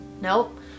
Nope